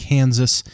Kansas